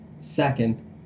second